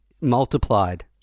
multiplied